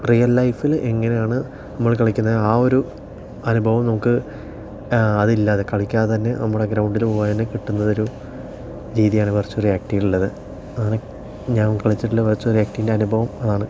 real ലൈഫിൽ എങ്ങനെയാണ് നമ്മൾ കളിക്കുന്നത് ആ ഒരു അനുഭവം നമുക്ക് ആ അതില്ലാതെ കളിക്കാതെ തന്നെ നമ്മുടെ ഗ്രൗണ്ടിൽ പോകാതെ തന്നെ കിട്ടുന്ന ഒരു രീതിയാണ് വിർച്വൽ റിയാലിറ്റിയിലുള്ളത് ഞാൻ കളിച്ചിട്ടുള്ള വിർച്വൽ റിയാലിറ്റീൻ്റെ അനുഭവം അതാണ്